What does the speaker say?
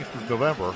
November